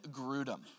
Grudem